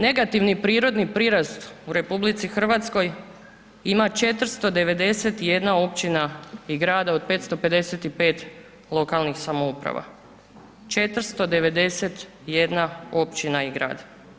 Negativni prirodni prirast u RH ima 491 općina i grad od 555 lokalnih samouprava, 491 općina i grad.